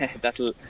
that'll